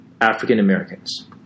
African-Americans